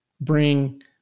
bring